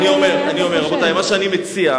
אני אומר: מה שאני מציע,